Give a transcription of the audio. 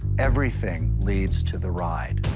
everything leads to the ride.